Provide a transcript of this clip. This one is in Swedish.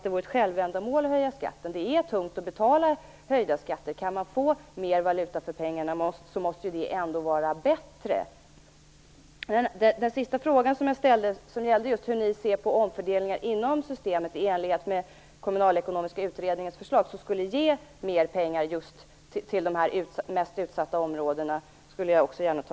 Det är tungt att betala höjda skatter. Kan man få mer valuta för pengarna, måste detta ändå vara bättre. Jag skulle också gärna vilja ha ett svar på den sista frågan som jag ställde om hur ni ser på omfördelningar inom systemet i enlighet med Kommunalekonomiska utredningens förslag, vilket skulle ge mer pengar till de mest utsatta områdena.